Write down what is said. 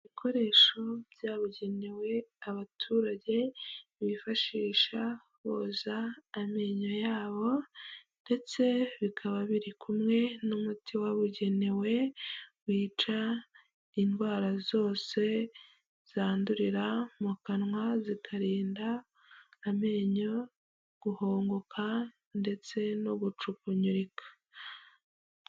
Ibikoresho byabugenewe, abaturage bifashisha boza amenyo yabo ndetse bikaba biri kumwe n'umuti wabugenewe, wica indwara zose zandurira mu kanwa, zikarinda amenyo guhongoka ndetse no gucukunyurika.